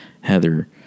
Heather